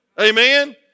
Amen